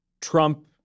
Trump